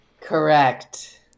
Correct